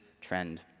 trend